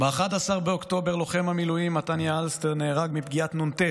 ב-11 באוקטובר לוחם המילואים מתניה אלסטר נהרג מפגיעת נ"ט